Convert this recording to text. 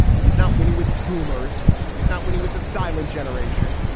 and he's not winning with boomers and he's not winning with a silent generation.